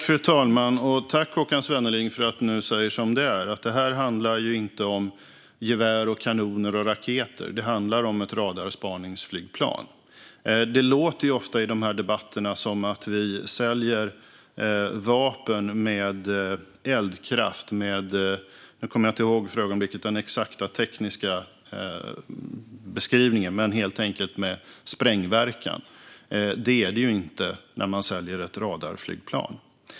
Fru talman! Tack, Håkan Svenneling, för att du nu säger som det är, alltså att det här inte handlar om gevär, kanoner och raketer utan om ett radarspaningsflygplan. Det låter ofta i de här debatterna som att vi säljer vapen med eldkraft - jag kommer inte för ögonblicket ihåg den exakta tekniska beskrivningen - alltså vapen med sprängverkan. Det är det inte när man säljer ett radarflygplan.